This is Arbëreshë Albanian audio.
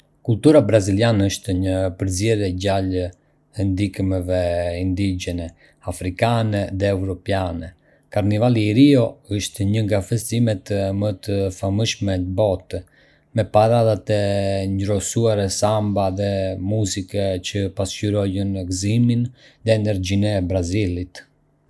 Kultura braziliane është një përzierje e gjallë e ndikimeve indigjene, afrikane dhe evropiane. Karnevali i Rio është një nga festimet më të famshme në botë, me parada të ngjyrosura samba dhe muzikë që pasqyrojnë gëzimin dhe energjinë e Brazilit.